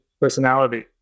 personality